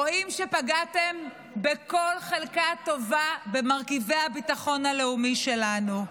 רואים שפגעתם בכל חלקה טובה במרכיבי הביטחון הלאומי שלנו.